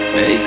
Make